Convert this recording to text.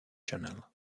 channel